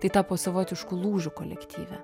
tai tapo savotišku lūžiu kolektyve